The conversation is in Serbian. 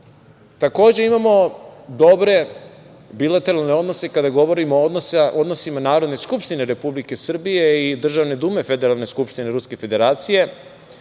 imamo dobre bilateralne odnose kada govorimo o odnosima Narodne skupštine Republike Srbije i Državne Dume Federalne skupštine Ruske Federacije,